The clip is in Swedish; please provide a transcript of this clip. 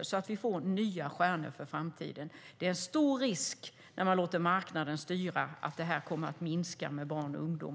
så att vi får nya stjärnor i framtiden. Det är en stor risk att det kommer att minska bland barn och ungdomar när man låter marknaden styra.